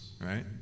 right